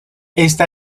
esta